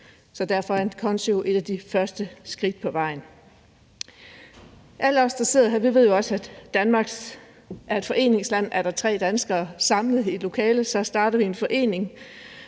Derfor er en konto et af de første skridt på vejen. Alle os, der sidder her, ved jo også, at Danmark er et foreningsland. Er der tre danskere samlet i et lokale, starter vi en forening,